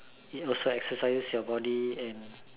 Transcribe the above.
it also exercises your body and